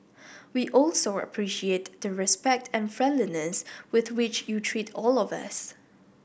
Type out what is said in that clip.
we also appreciate the respect and friendliness with which you treat all of us